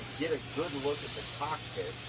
get a good look at that cockpit,